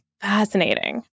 Fascinating